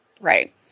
Right